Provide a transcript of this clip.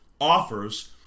offers